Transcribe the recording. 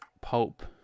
pulp